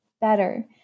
better